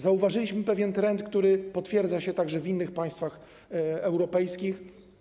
Zauważyliśmy pewien trend, który potwierdza się także w innych państwach europejskich.